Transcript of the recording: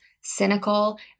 cynical